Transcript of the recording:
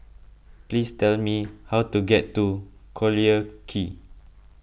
please tell me how to get to Collyer Quay